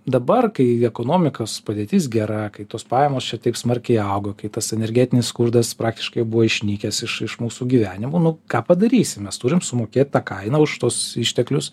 dabar kai ekonomikos padėtis gera kai tos pajamos čia smarkiai augo kai tas energetinis skurdas praktiškai buvo išnykęs iš iš mūsų gyvenimų nu ką padarysi mes turim sumokėt tą kainą už tuos išteklius